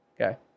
Okay